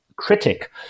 critic